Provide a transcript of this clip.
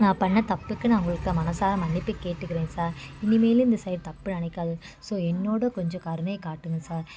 நான் பண்ண தப்புக்கு நான் உங்கள்கிட்ட மனசார மன்னிப்பு கேட்டுக்கிறேன் சார் இனிமேலும் இந்த சைட் தப்பு நடக்காது ஸோ என்னோடய கொஞ்சம் கருணை காட்டுங்கள் சார்